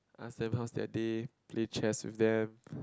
ask them how's their day play chess with them